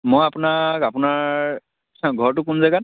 মই আপোনাক আপোনাৰ চা ঘৰটো কোন জেগাত